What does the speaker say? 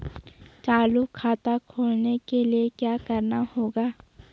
चालू खाता खोलने के लिए क्या करना होगा?